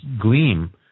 gleam